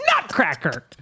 nutcracker